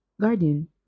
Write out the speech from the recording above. garden